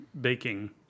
baking